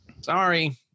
Sorry